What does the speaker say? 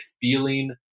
feeling